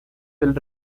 del